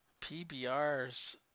PBRs